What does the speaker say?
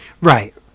Right